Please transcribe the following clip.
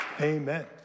amen